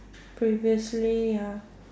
previously ya